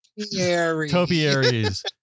Topiaries